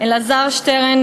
אלעזר שטרן,